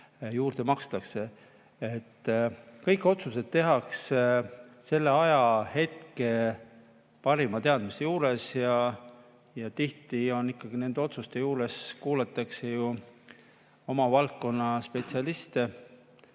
juurde makstakse. Kõik otsused tehakse selle ajahetke parima teadmise juures ja tihti ikkagi nende otsuste juures kuulatakse ju oma valdkonna spetsialiste.